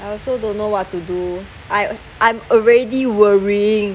I also don't know what to do I I'm already worrying